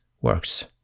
works